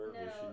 no